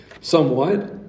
somewhat